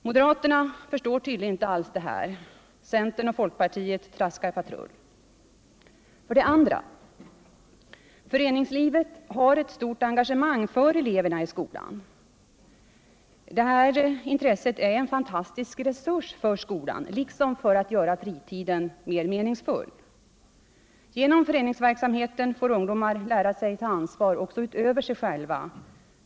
Moderaterna förstår tydligen inte alls detta, och centern och folkpartiet traskar patrull. För det andra har föreningslivet ett stort engagemang för eleverna i skolan. Detta intresse är en fantastisk resurs för skolan liksom för att göra fritiden mera meningsfull. Genom föreningsverksamheten får ungdomar lära sig att ta ansvar också utöver sig själva.